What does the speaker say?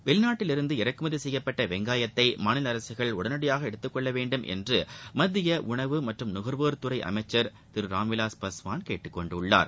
வெளிநாட்டில் இருந்து இறக்குமதி செய்யப்பட்ட வெங்காயத்தை மாநில அரசுகள் உடனடியாக எடுத்தக் கொள்ள வேண்டும் என்று மத்திய உணவு மற்றும் நுகர்வோர்துறை அமைச்சர் திரு ராம்விலாஸ் பாஸ்வான் கேட்டுக் கொண்டுள்ளார்